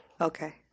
Okay